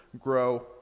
grow